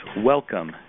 welcome